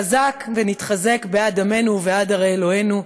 'חזק ונתחזק בעד עמנו ובעד ערי אלהינו'"